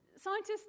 Scientists